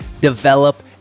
develop